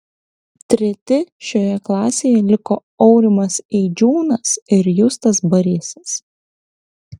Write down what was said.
treti šioje klasėje liko aurimas eidžiūnas ir justas barysas